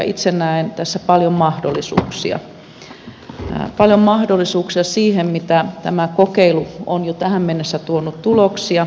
itse näen tässä paljon mahdollisuuksia paljon mahdollisuuksia siinä mitä tämä kokeilu on jo tähän mennessä tuonut tuloksia